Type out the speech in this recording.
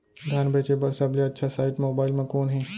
धान बेचे बर सबले अच्छा साइट मोबाइल म कोन हे?